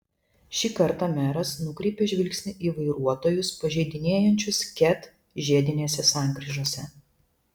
šį kartą meras nukreipė žvilgsnį į vairuotojus pažeidinėjančius ket žiedinėse sankryžose